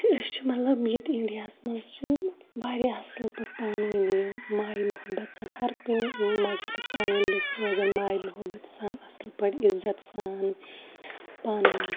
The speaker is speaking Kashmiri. أسۍ چھِ مطلب ییٚتہِ اِنڈیاہَس منٛز چھِ واریاہ اَصٕل پٲٹھۍ پانہٕ ؤنۍ یِم ماے مُحبت سان ہر کُنہِ مَزہبُک پانہٕ ؤنۍ لُکھ روزان ماے مُحبت سان اَصٕل پٲٹھۍ عِزت سان پانہٕ ؤنۍ